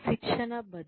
శిక్షణ బదిలీ